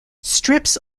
strips